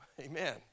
Amen